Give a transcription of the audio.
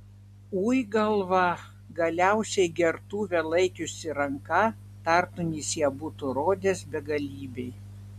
ui galva galiausiai gertuvę laikiusi ranka tartum jis ją būtų rodęs begalybei